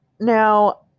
Now